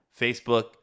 Facebook